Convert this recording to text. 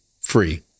free